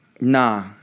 Nah